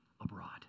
abroad